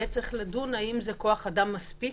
יהיה צריך לדון, האם זה כוח אדם מספיק,